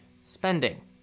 spending